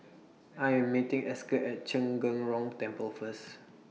I Am meeting Esker At Zhen Gen Rong Temple First